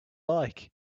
like